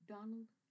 Donald